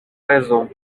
raison